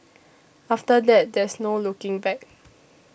after that there's no looking back